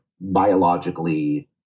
biologically